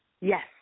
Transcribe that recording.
Yes